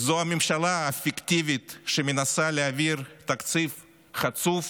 הממשלה היא הפיקטיבית, שמנסה להעביר תקציב חצוף,